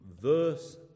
Verse